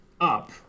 up